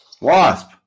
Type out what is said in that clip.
Wasp